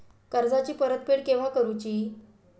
कर्जाची परत फेड केव्हा करुची?